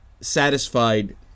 satisfied